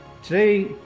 Today